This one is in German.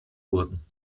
wurden